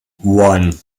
one